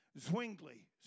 Zwingli